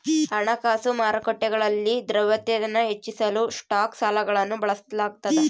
ಹಣಕಾಸು ಮಾರುಕಟ್ಟೆಗಳಲ್ಲಿ ದ್ರವ್ಯತೆನ ಹೆಚ್ಚಿಸಲು ಸ್ಟಾಕ್ ಸಾಲಗಳನ್ನು ಬಳಸಲಾಗ್ತದ